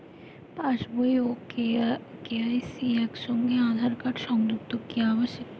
পাশ বই ও কে.ওয়াই.সি একই সঙ্গে আঁধার কার্ড সংযুক্ত কি আবশিক?